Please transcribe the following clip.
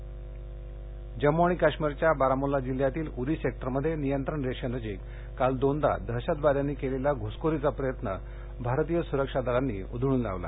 घुसखोरी जम्मू आणि काश्मीरच्या बारामुल्ला जिल्ह्यातील उरी सेक्टर्मध्ये नियंत्रण रेषेनजीक काल दोनदा दहशतवाद्यांनी केलेला घुसखोरीचा प्रयत्न भारतीय सुरक्षा रक्षकांनी उधळून लावला